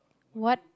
what